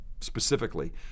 specifically